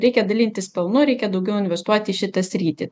reikia dalintis pelnu reikia daugiau investuot į šitą sritį